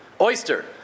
Oyster